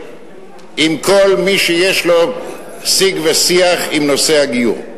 עם כל מי שיש לו שיג ושיח עם נושא הגיור.